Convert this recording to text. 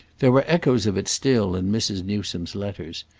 there were echoes of it still in mrs. newsome's letters,